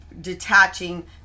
detaching